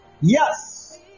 yes